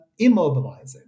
immobilizing